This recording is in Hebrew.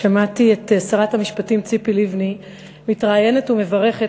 שמעתי את שרת המשפטים ציפי לבני מתראיינת ומברכת